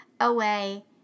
away